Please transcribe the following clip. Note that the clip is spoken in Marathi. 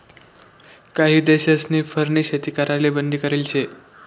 काही देशस्नी फरनी शेती कराले बंदी करेल शे